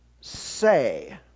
say